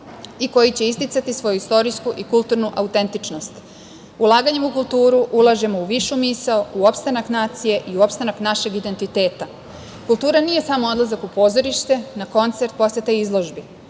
i koji će isticati svoju istorijsku i kulturnu autentičnost. Ulaganjem u kulturu ulažemo u višu misao, u opstanak nacije i u opstanak našeg identiteta. Kultura nije samo odlazak u pozorište, na koncert, poseta izložbi.